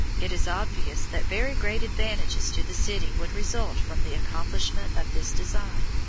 it is obvious that very great advantages to the city would result from the accomplishment of this design.